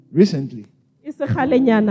recently